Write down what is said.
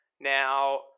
Now